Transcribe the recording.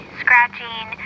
scratching